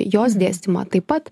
jos dėstymą taip pat